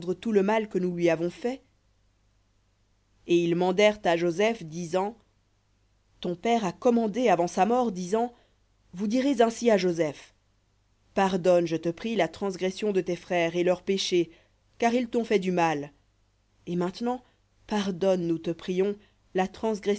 tout le mal que nous lui avons fait et ils mandèrent à joseph disant ton père a commandé avant sa mort disant vous direz ainsi à joseph pardonne je te prie la transgression de tes frères et leur péché car ils t'ont fait du mal et maintenant pardonne nous te prions la